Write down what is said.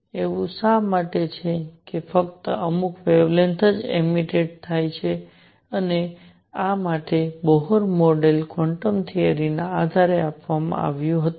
એવું શા માટે છે કે ફક્ત અમુક વેવલેન્થ જ એમિટ્ટેડ થાય છે અને આ માટે બોહર મોડેલ ક્વોન્ટમ થિયરીના આધારે આપવામાં આવ્યું હતું